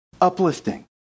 uplifting